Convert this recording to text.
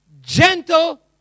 gentle